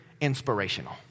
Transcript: inspirational